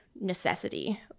necessity